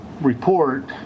report